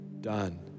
done